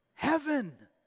Heaven